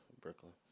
Brooklyn